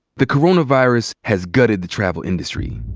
the coronavirus has gutted the travel industry.